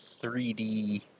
3d